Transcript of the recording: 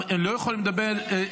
לא יכולים לדבר,